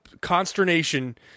consternation